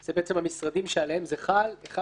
היא בעצם המשרדים שעליהם זה חל: "1.